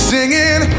Singing